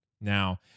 Now